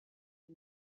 les